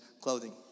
clothing